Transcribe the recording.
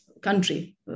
Country